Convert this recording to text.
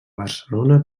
barcelona